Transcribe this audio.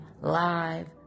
live